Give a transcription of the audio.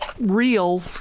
real